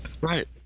Right